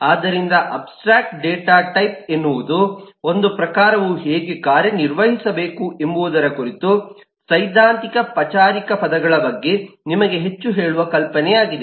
ಆದ್ದರಿಂದ abstract data type ಎನ್ನುವುದು ಒಂದು ಪ್ರಕಾರವು ಹೇಗೆ ಕಾರ್ಯನಿರ್ವಹಿಸಬೇಕು ಎಂಬುದರ ಕುರಿತು ಸೈದ್ಧಾಂತಿಕ ಪಚಾರಿಕ ಪದಗಳ ಬಗ್ಗೆ ನಿಮಗೆ ಹೆಚ್ಚು ಹೇಳುವ ಕಲ್ಪನೆಯಾಗಿದೆ